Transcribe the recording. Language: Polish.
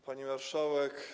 Pani Marszałek!